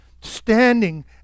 standing